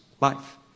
life